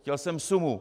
Chtěl jsem sumu.